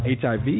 HIV